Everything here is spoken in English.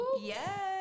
Yes